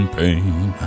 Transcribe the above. pain